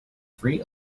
free